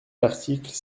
l’article